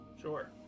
Sure